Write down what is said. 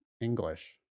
English